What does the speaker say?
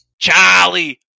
Charlie